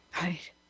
Right